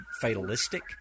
fatalistic